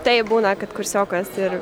taip būna kad kursiokas ir